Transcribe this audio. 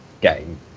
game